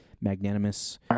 magnanimous